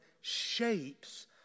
shapes